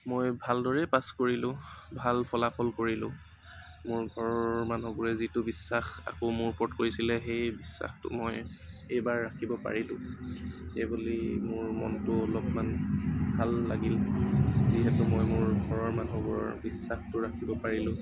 মই ভালদৰেই পাছ কৰিলো ভাল ফলাফল কৰিলো মোৰ ঘৰৰ মানুহবোৰে যিটো বিশ্বাস আকৌ মোৰ ওপৰত কৰিছিলে সেই বিশ্বাসটো মই এইবাৰ ৰাখিব পাৰিলো সেই বুলি মোৰ মনটো অলপমান ভাল লাগিল যিহেতু মই মোৰ ঘৰৰ মানুহবোৰৰ বিশ্বাসটো ৰাখিব পাৰিলো